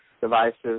devices